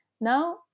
Now